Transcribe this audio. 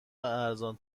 ارزان